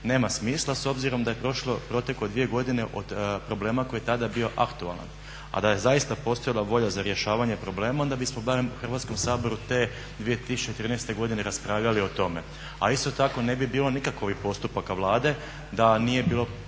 nema smisla s obzirom da je prošao protek od 2 godine od problema koji je tada bio aktualan. A da je zaista postojala volja za rješavanjem problema onda bismo barem u Hrvatskom saboru te 2013. raspravljali o tome. A isto tako ne bi bilo nikakvih postupaka Vlade da nije bilo